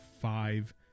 five